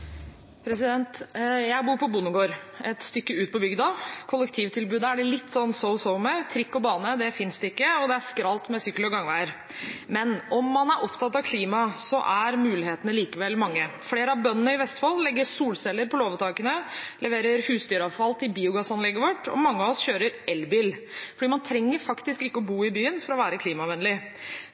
det så som så med. Trikk og bane finnes ikke, og det er skralt med sykkel- og gangveier. Om man er opptatt av klima, er mulighetene likevel mange. Flere av bøndene i Vestfold legger solceller på låvetakene, leverer husdyravfall til biogassanlegget vårt, og mange av oss kjører elbil. Man trenger faktisk ikke å bo i byen for å være klimavennlig.